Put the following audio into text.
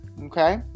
Okay